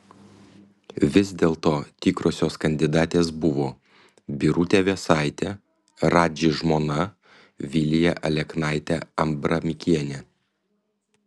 vis dėlto tikrosios kandidatės buvo birutė vėsaitė radži žmona vilija aleknaitė abramikienė